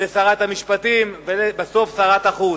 ושרת המשפטים ולבסוף שרת החוץ.